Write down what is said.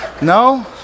No